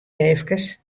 efkes